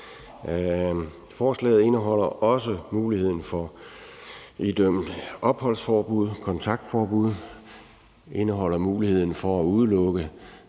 Forslaget indeholder også muligheden for at idømme opholdsforbud og kontaktforbud, og det indeholder muligheden for at udelukke